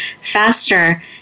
faster